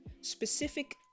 specific